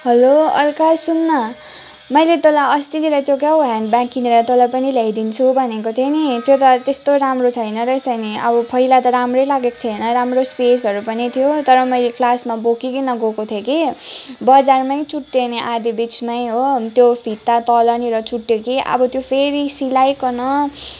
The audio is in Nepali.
हेलो अल्का सुन न मैले तँलाई अस्तिनिर त्यो के हो ह्यान्ड बेग किनेर तँलाई पनि ल्याइदिन्छु भनेको थिएँ नि त्यो त त्यस्तो राम्रो छैन रहेछ नि अब पहिला त राम्रै लागेको थियो राम्रो स्पेसहरू पनि थियो तर मैले क्लासमा बोकिकन गएको थिएँ कि बजारमै चुट्टियो नि आधा बिचमै हो त्यो फिता तलनिर चुट्टियो कि अब फेरी सिलाइकन